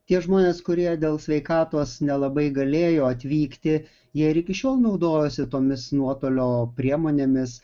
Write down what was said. tie žmonės kurie dėl sveikatos nelabai galėjo atvykti jie ir iki šiol naudojosi tomis nuotolio priemonėmis